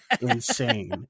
insane